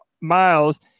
Miles